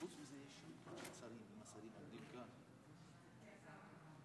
לפני שאני משיבה, אני חייבת לומר,